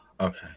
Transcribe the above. Okay